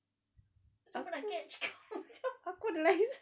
siapa nak catch kau sia